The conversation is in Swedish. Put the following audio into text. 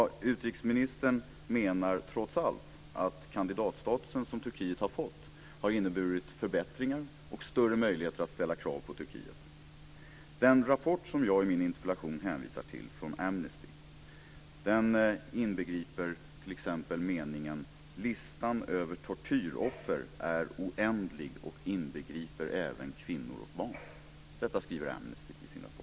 Utrikesministern menar, trots allt, att den kandidatstatus som Turkiet har fått har inneburit förbättringar och större möjligheter att ställa krav på Turkiet. Den rapport som jag i min interpellation hänvisar till från Amnesty inbegriper t.ex. meningen: "Listan över tortyroffer är oändlig och inbegriper även kvinnor och barn." Detta skriver Amnesty i sin rapport.